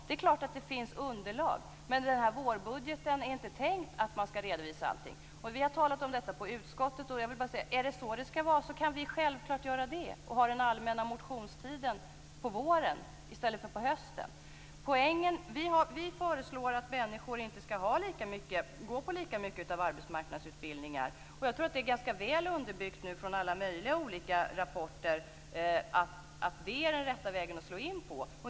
Det är klart att det finns underlag. Men i den här vårbudgeten är det inte tänkt att man skall redovisa allting. Vi har talat om detta i utskottet. Jag kan bara säga att är det så det skall vara kan vi självklart göra det. Då kan vi ha den allmänna motionstiden på våren i stället för på hösten. Vi föreslår att människor inte skall gå på lika mycket av arbetsmarknadsutbildningar. Jag tror att det är ganska väl underbyggt nu från alla möjliga olika rapporter att det är den rätta vägen att slå in på.